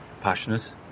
passionate